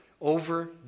over